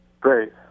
Great